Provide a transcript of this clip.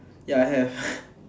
ya I have